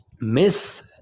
miss